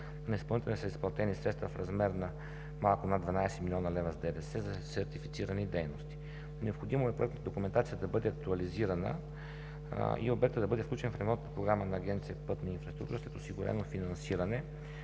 На изпълнителя са изплатени средства в размер малко над 12 млн. лв. с ДДС за сертифицирани дейности. Необходимо е проектодокументацията да бъде актуализирана и обектът да бъде включен в ремонтната програма на Агенция „Пътна инфраструктура“, като е осигурено финансиране.